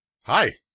Hi